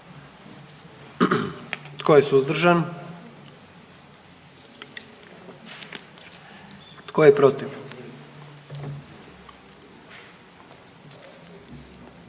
Tko je suzdržan? I tko je protiv?